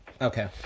Okay